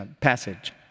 passage